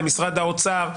למשרד האוצר.